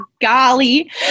golly